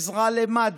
עזרה למד"א,